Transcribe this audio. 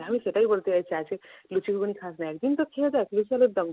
আমি সেটাই বলতে চাইছি আজকে লুচি ঘুগনি খাস না এক দিন তো খেয়ে দেখ লুচি আলুরদমটা